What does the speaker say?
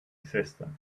assistant